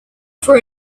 for